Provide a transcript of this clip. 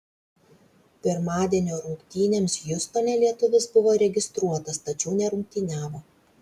pirmadienio rungtynėms hjustone lietuvis buvo registruotas tačiau nerungtyniavo